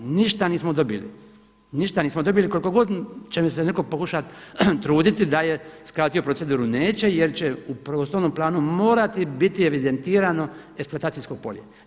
Ništa nismo dobili, ništa nismo dobili koliko god će mi se netko pokušati truditi da je skratio proceduru, neće jer će u prostornom planu morati biti evidentirano eksploatacijsko polje.